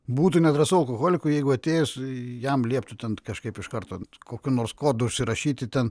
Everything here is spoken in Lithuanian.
būtų nedrąsu alkoholikui jeigu atėjus jam lieptų ten kažkaip iš karto ant kokiu nors kodu užsirašyti ten